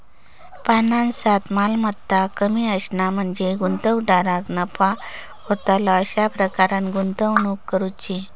फायनान्सात, मालमत्ता कमी असणा म्हणजे गुंतवणूकदाराक नफा होतला अशा प्रकारान गुंतवणूक करुची